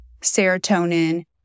serotonin